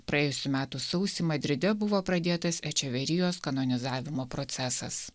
praėjusių metų sausį madride buvo pradėtas ečeverijos kanonizavimo procesas